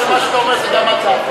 תאמר שמה שאתה אומר, זה גם אתה.